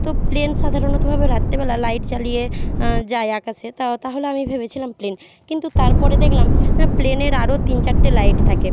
তো প্লেন সাধারণতভাবে রাত্রিবেলা লাইট জ্বালিয়ে যায় আকাশে তা তাহলে আমি ভেবেছিলাম প্লেন কিন্তু তার পরে দেখলাম হ্যাঁ প্লেনের আরও তিন চারটে লাইট থাকে